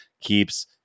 keeps